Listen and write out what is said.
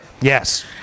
Yes